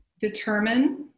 determine